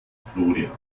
florian